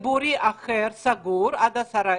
ציבורי סגור אחר,